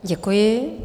Děkuji.